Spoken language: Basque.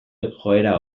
joera